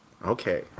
Okay